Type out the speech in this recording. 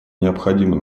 необходимо